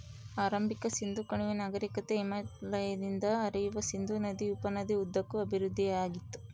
ಆರಂಭಿಕ ಸಿಂಧೂ ಕಣಿವೆ ನಾಗರಿಕತೆ ಹಿಮಾಲಯದಿಂದ ಹರಿಯುವ ಸಿಂಧೂ ನದಿ ಉಪನದಿ ಉದ್ದಕ್ಕೂ ಅಭಿವೃದ್ಧಿಆಗಿತ್ತು